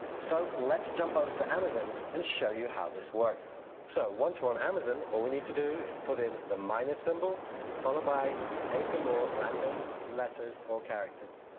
so let's jump over to amazon and show you how this works. so once we're on amazon, all we need to do is put in the minus symbol followed by eight more random letters or characters.